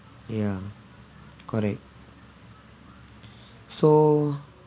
ya correct so